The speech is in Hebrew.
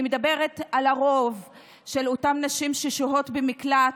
אני מדברת על הרוב של אותן נשים ששוהות במקלט.